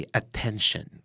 attention